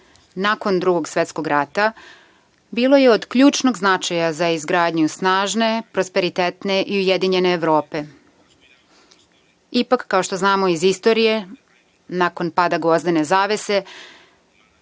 nakon Drugog svetskog rata je bilo od ključnog značaja za izgradnju snažne, prosperitetne i ujedinjene Evrope. Ipak, kao što znamo iz istorije nakon pada gvozdene zavese